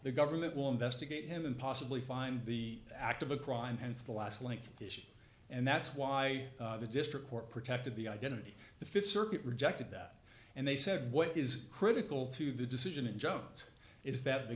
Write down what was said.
the government will investigate him and possibly find the act of a crime hence the last link and that's why the district court protected the identity the th circuit rejected that and they said what is critical to the decision in jones is that the